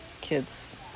kids